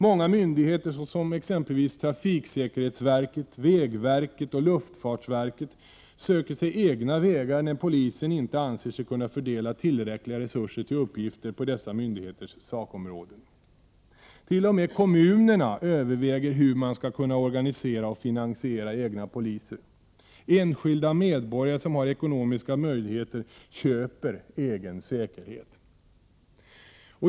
Många myndigheter, såsom exempelvis trafiksäkerhetsverket, vägverket och luftfartsverket, söker sig egna vägar när polisen inte anser sig kunna fördela tillräckliga resurser till uppgifter på dessa myndigheters sakområden. T.o.m. kommunerna överväger hur man skall kunna organisera och finansiera egna poliser. Enskilda medborgare, som har ekonomiska möjligheter, ”köper” egen säkerhet.